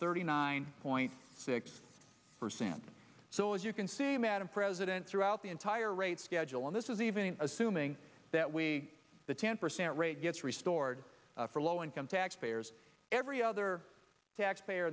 thirty nine point six percent so as you can see madam president throughout the entire rate schedule and this is even assuming that we the ten percent rate gets restored for low income taxpayers every other taxpayer